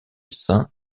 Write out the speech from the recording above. saint